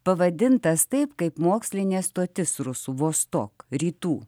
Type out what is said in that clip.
pavadintas taip kaip mokslinė stotis rusų vostok rytų